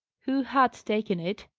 who had taken it?